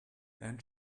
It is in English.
then